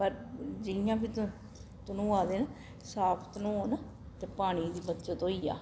पर जियां बी धनो धनोआ दे साफ धनोन ते पानी दी बचत होई जा